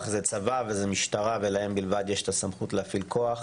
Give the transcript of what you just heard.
זה צבא וזה משטרה ולהם בלבד יש את הסמכות להפעיל כוח